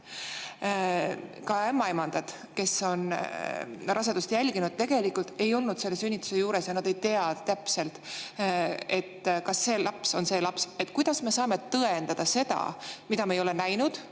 Ka ämmaemandad, kes on rasedust jälginud, tegelikult [ei pruugi olla] selle sünnituse juures ja nad ei tea täpselt, kas see laps on just see laps. Kuidas me saame tõendada seda, mida me ei ole näinud?